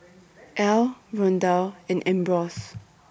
Ely Rondal and Ambrose